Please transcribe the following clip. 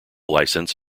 license